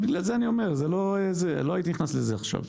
בגלל זה אני אומר, לא הייתי נכנס לזה עכשיו.